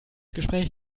gespräch